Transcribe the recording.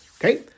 Okay